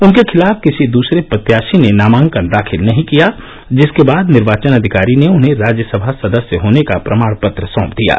उनके खिलाफ किसी दूसरे प्रत्याशी ने नामांकन दाखिल नही किया जिसके बाद निर्वाचन अधिकारी ने उन्हें राज्यसभा सदस्य होने का प्रमाण पत्र सौंप दिया गया